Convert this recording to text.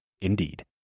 Indeed